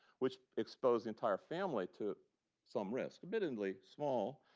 which exposed the entire family to some risk admittedly small,